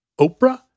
Oprah